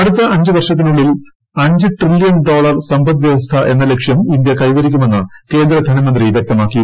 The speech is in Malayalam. അടുത്ത അഞ്ച് വർഷത്തിനുള്ളിൽ അഞ്ച് ട്രില്യൺ ഡോളർ സമ്പദ് വൃവസ്ഥ എന്ന ലക്ഷ്യം ഇന്ത്യ കൈവരിക്കുമെന്ന് കേന്ദ്രധനമന്ത്രി വ്യക്തമാക്കി